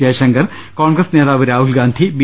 ജയശങ്കർ കോൺഗ്രസ് നേതാവ് രാഹുൽഗാന്ധി ബി